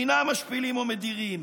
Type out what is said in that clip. אינם משפילים או מדירים.